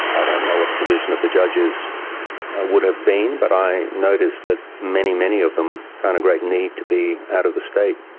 i don't know what the position of the judges would have been but i notice that many, many of them found a great need to be out of the state.